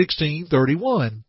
16:31